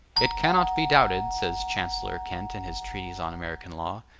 it cannot be doubted, says chancellor kent in his treatise on american law,